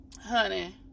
honey